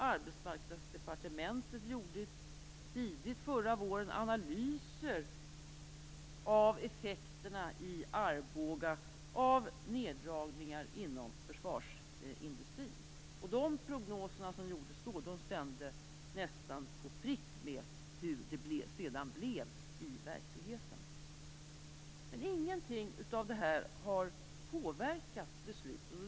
Arbetsmarknadsdepartementet gjorde tidigt förra våren analyser av effekterna i Arboga av neddragningar inom försvarsindustrin. De prognoser som gjordes då stämde nästan på pricken med hur det blev i verkligheten. Ingenting av detta har påverkat beslutet.